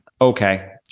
okay